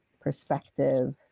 perspective